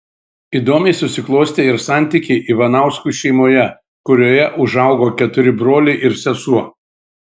įdomiai susiklostė ir santykiai ivanauskų šeimoje kurioje užaugo keturi broliai ir sesuo